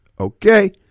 Okay